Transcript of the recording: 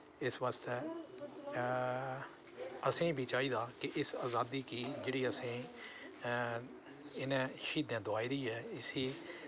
इस बास्तै असेंगी बी चाहिदा कि इस अजादी गी जेह्ड़ी असें इनें श्हीदें दोआई दी ऐ इसी